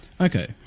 Okay